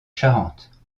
charentes